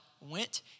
went